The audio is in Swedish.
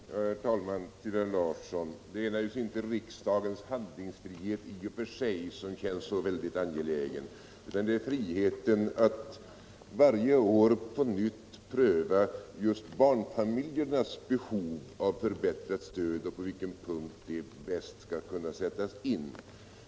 Herr talman! Till herr Larsson i Öskevik vill jag säga att det naturligtvis inte är riksdagens handlingsfrihet i och för sig som känns så särdeles angelägen, utan det är möjligheten att varje år på nytt ha frihet att pröva just barnfamiljernas behov av förbättrat stöd och på vilken punkt dessa bäst skall kunna sättas in.